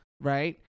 Right